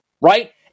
right